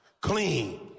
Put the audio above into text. clean